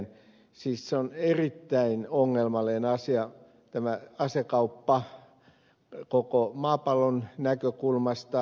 siis tämä asekauppa on erittäin ongelmallinen asia koko maapallon näkökulmasta